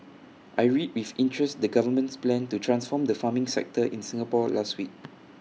I read with interest the government's plan to transform the farming sector in Singapore last week